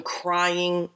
crying